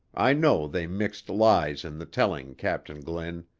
i know they mixed lies in the telling, captain glynn.